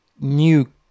new